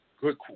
Good